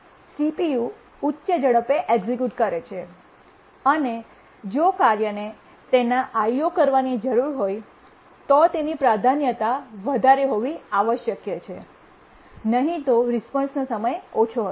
CPU ઉચ્ચ ઝડપે execute કરે છે અને જો કાર્યને તેના IO કરવાની જરૂર હોય તો તેની પ્રાધાન્યતા વધારે હોવી આવશ્યક છે નહીં તો રિસ્પૉન્સનો સમય ઓછો હશે